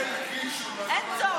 לא, לא, אין צורך.